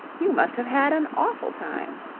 you must have had an awful time.